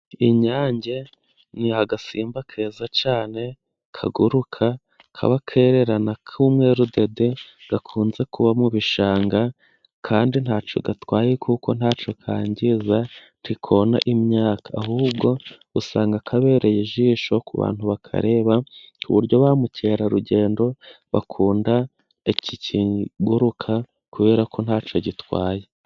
Inyange ni agasimba keza cyane kaguruka, kaba kererana kumweru dede, gakunze kuba mu bishanga kandi ntacyo gatwaye, kuko ntacyo kangiza ntikona imyaka, ahubwo usanga kabereye ijisho ku bantu bakareba, uburyo bamukerarugendo bakunda iki kinguruka kuberako ntacyo gitwaye.